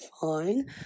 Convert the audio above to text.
fine